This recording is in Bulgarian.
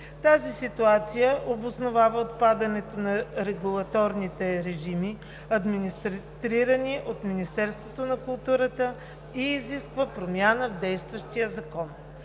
Тази ситуация обосновава отпадането на регулаторните режими, администрирани от Министерството на културата и изисква промяна в действащия Закон.